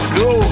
go